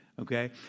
Okay